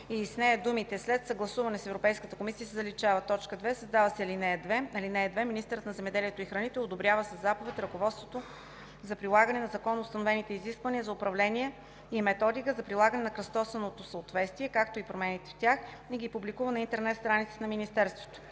и в нея думите „след съгласуване с Европейската комисия” се заличават. 2. Създава се ал. 2: „(2) Министърът на земеделието и храните одобрява със заповед ръководство за прилагане на законоустановените изисквания за управление и методика за прилагане на кръстосаното съответствие, както и промените в тях, и ги публикува на интернет страницата на министерството.”